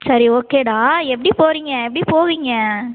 சரி ஓகேடா எப்படி போகறீங்க எப்படி போவீங்க